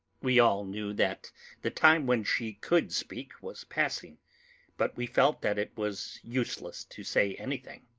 we all knew that the time when she could speak was passing but we felt that it was useless to say anything.